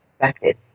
affected